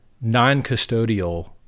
non-custodial